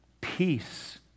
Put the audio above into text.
Peace